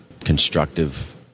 constructive